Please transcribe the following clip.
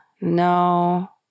No